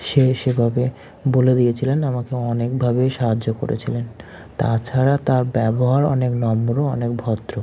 সে সেভাবে বলে দিয়েছিলেন আমাকে অনেকভাবেই সাহায্য করেছিলেন তাছাড়া তার ব্যবহার অনেক নম্র অনেক ভদ্র